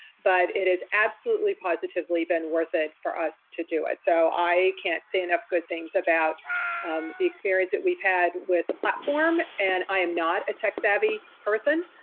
but it has absolutely positively been worth it for us to do it. so i can't say enough good things about the experience that we've had with the platform. and i am not a tech savvy person.